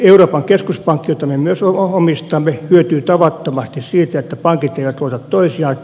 euroopan keskuspankki jota me myös omistamme hyötyy tavattomasti siitä että pankit eivät luotota toisiaan